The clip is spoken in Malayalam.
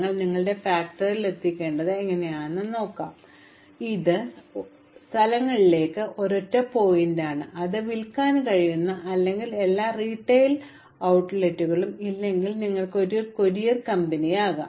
അതിനാൽ നിങ്ങളുടെ ഇനങ്ങൾ ഫാക്ടറിയിൽ എത്തിക്കുന്നതിനുള്ള ഏറ്റവും ചെറിയ മാർഗം എങ്ങനെ കണ്ടെത്താം അത് ഈ സ്ഥലങ്ങളിലേക്ക് ഒരൊറ്റ പോയിന്റാണ് അത് വിൽക്കാൻ കഴിയുന്ന അല്ലെങ്കിൽ എല്ലാ റീട്ടെയിൽ out ട്ട്ലെറ്റുകളും അല്ലെങ്കിൽ നിങ്ങൾ ഒരു കൊറിയർ കമ്പനിയാകാം